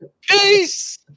Peace